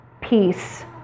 peace